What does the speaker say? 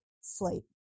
sleep